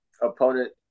opponent